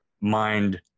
mind